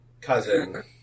cousin